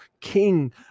King